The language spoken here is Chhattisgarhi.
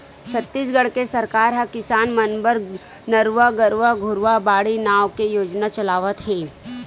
छत्तीसगढ़ के सरकार ह किसान मन बर नरूवा, गरूवा, घुरूवा, बाड़ी नांव के योजना चलावत हे